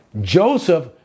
Joseph